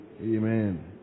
Amen